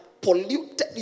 polluted